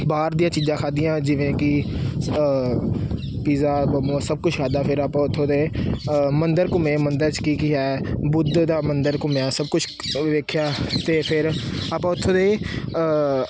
ਬਾਹਰ ਦੀਆਂ ਚੀਜ਼ਾਂ ਖਾਧੀਆਂ ਜਿਵੇਂ ਕਿ ਪੀਜ਼ਾ ਮੋਮੋਜ ਸਭ ਕੁਛ ਖਾਧਾ ਫਿਰ ਆਪਾਂ ਉੱਥੋਂ ਦੇ ਮੰਦਰ ਘੁੰਮੇ ਮੰਦਰ 'ਚ ਕੀ ਕੀ ਹੈ ਬੁੱਧ ਦਾ ਮੰਦਰ ਘੁੰਮਿਆ ਸਭ ਕੁਛ ਅ ਵੇਖਿਆ ਅਤੇ ਫਿਰ ਆਪਾਂ ਉੱਥੋਂ ਦੇ